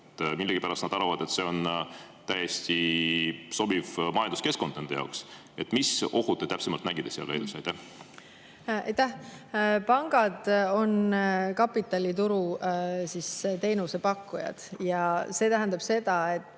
Millegipärast nad arvavad, et see on täiesti sobiv majanduskeskkond nende jaoks. Mis ohte te täpsemalt nägite Leedus? Aitäh! Pangad on kapitalituru teenusepakkujad ja see tähendab seda,